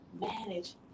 manage